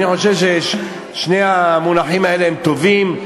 אני חושב ששני המונחים האלה טובים.